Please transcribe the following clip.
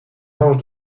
anges